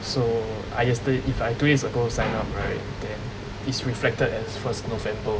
so I yesterday if I two years ago sign up right is reflected as first november